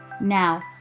Now